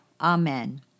amen